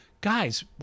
guys